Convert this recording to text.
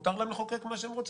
מותר להם לחוקק מה שהם רוצים.